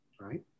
right